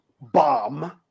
Bomb